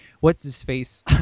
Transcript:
what's-his-face